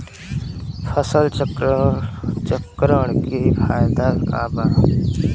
फसल चक्रण के फायदा का बा?